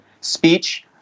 speech